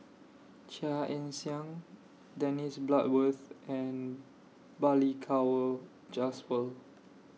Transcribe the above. Chia Ann Siang Dennis Bloodworth and Balli Kaur Jaswal